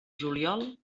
juliol